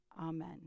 Amen